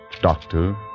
Doctor